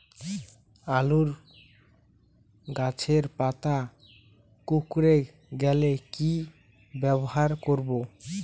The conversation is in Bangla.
আলুর গাছের পাতা কুকরে গেলে কি ব্যবহার করব?